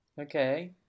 Okay